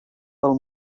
pel